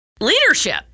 leadership